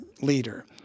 leader